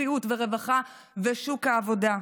בריאות ורווחה ושוק העבודה.